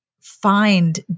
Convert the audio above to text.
find